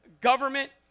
government